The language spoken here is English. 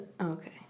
Okay